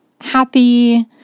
happy